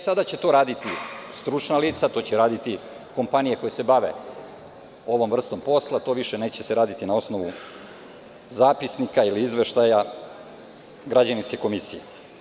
Sada će to raditi stručna lica, to će raditi kompanije koje se bave ovom vrstom posla, to više se neće raditi na osnovu zapisnika ili izveštaja građevinske komisije.